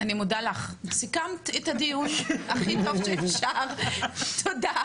אני מודה לך, סיכמת את הדיון הכי טוב שאפשר, תודה.